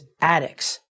addicts